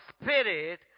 Spirit